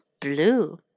blue